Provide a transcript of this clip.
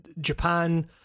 Japan